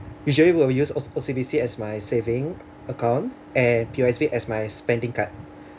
usually will use O_C O_C_B_C as my saving account and P_O_S_B as my spending card